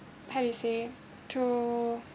how you say to